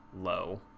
low